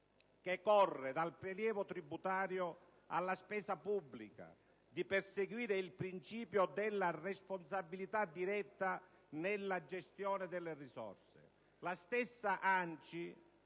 che corre dal prelievo tributario alla spesa pubblica, di perseguire il principio della responsabilità diretta nella gestione delle risorse. La stessa ANCI